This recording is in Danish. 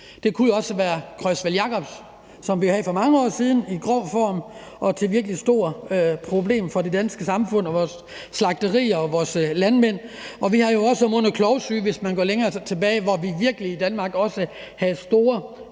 Det kunne jo også være Creutzfeldt-Jakobs sygdom, som vi havde for mange år siden i grov form, og det var virkeligt et stort problem for det danske samfund og vores slagterier og vores landmænd. Vi har jo også mund- og klovsyge, hvis man går længere tilbage, hvor vi virkelig i Danmark også havde store